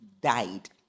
died